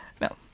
no